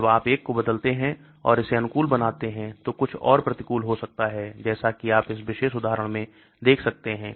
जब आप एक को बदलते हैं और इसे अनुकूल बनाते हैं तो कुछ और प्रतिकूल हो सकता है जैसा कि आप इस विशेष उदाहरण में देख सकते हैं